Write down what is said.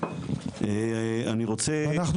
גר במושב קדש ברנע.